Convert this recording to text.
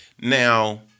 Now